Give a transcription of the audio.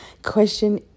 Question